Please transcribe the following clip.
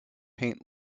paint